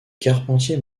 carpentier